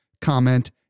comment